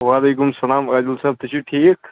وعلیکُم السلام عادِل صٲب تُہۍ چھُو ٹھیٖک